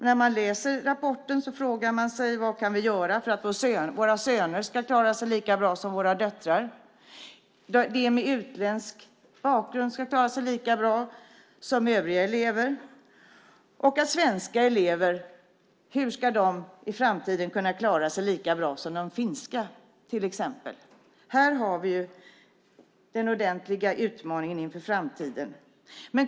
När man läser rapporten frågar man sig vad vi kan göra för att våra söner ska klara sig lika bra som våra döttrar, för att de med utländsk bakgrund ska klara sig lika bra som övriga elever och för att svenska elever i framtiden ska klara sig lika bra som till exempel de finska. Här har vi den ordentliga utmaningen inför framtiden.